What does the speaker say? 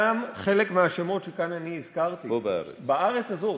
חלק מהשמות שכאן הזכרתי, בארץ הזאת,